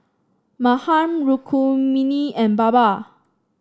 Mahan Rukmini and Baba